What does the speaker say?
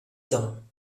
temps